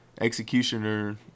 Executioner